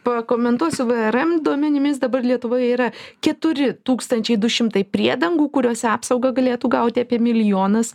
pakomentuosiu vrm duomenimis dabar lietuvoje yra keturi tūkstančiai du šimtai priedangų kuriose apsaugą galėtų gauti apie milijonas